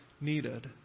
needed